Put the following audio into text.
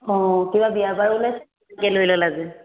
অঁ কিবা বিয়া বাৰু ওলাই নেকি লৈ ল'লা যে